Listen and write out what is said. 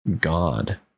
God